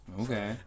okay